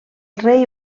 rei